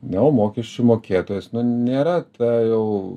na o mokesčių mokėtojas nėra ta jau